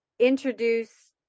introduce